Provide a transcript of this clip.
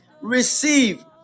receive